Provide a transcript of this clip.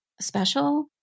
special